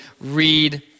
read